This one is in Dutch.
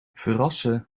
verassen